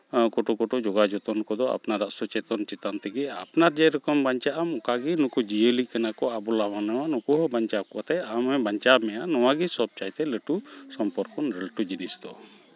ᱱᱩᱠᱩ ᱠᱚᱫᱚ ᱠᱚᱛᱚᱠ ᱠᱚᱛᱚᱠ ᱡᱚᱜᱟᱣ ᱡᱚᱛᱚᱱ ᱠᱚᱫᱚ ᱟᱯᱱᱟᱨᱟᱜ ᱥᱚᱪᱮᱛᱚᱱ ᱪᱮᱛᱟᱱ ᱛᱮᱜᱮ ᱟᱯᱢᱱᱟᱨ ᱡᱮᱨᱚᱠᱚᱢ ᱵᱟᱧᱪᱟᱜᱼᱟᱢ ᱚᱱᱠᱟ ᱜᱮ ᱱᱩᱠᱩ ᱡᱤᱭᱟᱹᱞᱤ ᱠᱟᱱᱟ ᱠᱚ ᱟᱵᱚᱞᱚᱣᱟᱱ ᱱᱩᱠᱩ ᱟᱢᱮᱢ ᱵᱟᱧᱪᱟᱣ ᱢᱮᱭᱟ ᱱᱚᱣᱟ ᱜᱮ ᱥᱚᱵᱪᱟᱭᱛᱮ ᱞᱟᱹᱴᱩ ᱥᱚᱢᱯᱚᱨᱠᱚ ᱞᱟᱹᱴᱩ ᱡᱤᱱᱤᱥ ᱫᱚ